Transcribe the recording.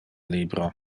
libro